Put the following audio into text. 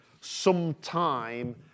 sometime